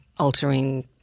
altering